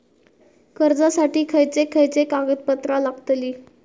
कर्जासाठी खयचे खयचे कागदपत्रा लागतली?